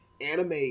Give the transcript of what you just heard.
Anime